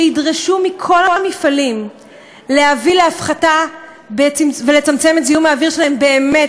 שידרשו מכל המפעלים להביא להפחתה ולצמצם את זיהום האוויר שלהם באמת,